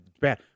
Bad